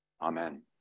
Amen